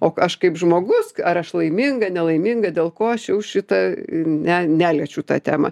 o aš kaip žmogus ar aš laiminga nelaiminga dėl ko aš jau šitą ne neliečiu tą temą